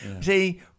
See